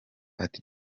ati